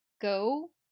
go